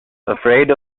afraid